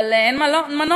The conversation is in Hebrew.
אבל אין מנוס,